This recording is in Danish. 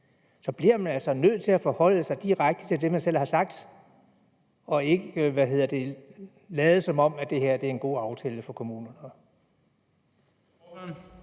altså, at man er nødt til at forholde sig direkte til det, man selv har sagt, og ikke lade, som om det her er en god aftale for kommunerne.